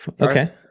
Okay